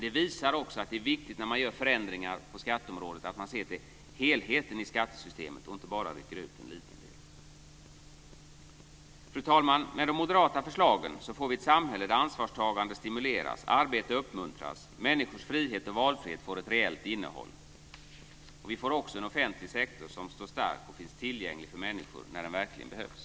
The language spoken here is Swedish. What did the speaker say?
Det visar också att det när man gör förändringar på skatteområdet är viktigt att se till helheten i skattesystemet och att inte rycka ut en liten bit ur sitt sammanhang. Fru talman! Med de moderata förslagen får vi ett samhälle där ansvarstagande stimuleras, där arbete uppmuntras och där människors frihet och valfrihet får ett reellt innehåll. Vi får också en offentlig sektor som står stark och som finns tillgänglig för människor när den verkligen behövs.